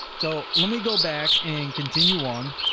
so let me go back and continue on.